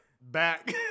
back